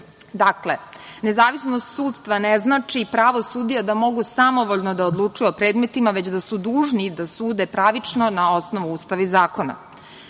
Srbije. Dakle, nezavisnost sudstva ne znači pravo sudija da mogu samovoljno da odlučuju o predmetima, već da su dužni da sude pravično na osnovu Ustava i zakona.